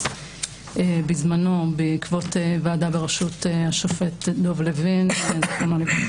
בזמנו בעקבות ועדה בראשות השופט דב לוין ז"ל.